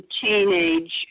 teenage